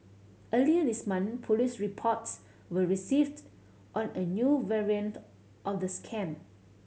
earlier this month police reports were received on a new variant of the scam